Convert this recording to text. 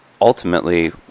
ultimately